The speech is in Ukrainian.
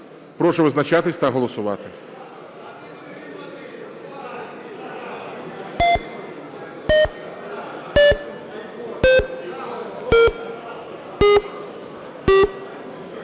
Прошу визначатись та голосувати.